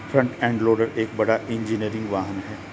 front end loader एक बड़ा engineering वाहन है